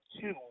two